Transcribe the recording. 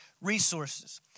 resources